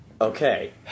Okay